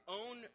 own